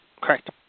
Correct